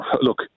look